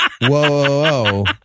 whoa